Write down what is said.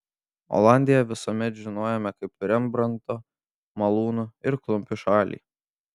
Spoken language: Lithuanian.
olandiją visuomet žinojome kaip rembrandto malūnų ir klumpių šalį